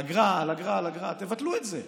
אגרה על אגרה על אגרה, תבטלו את זה.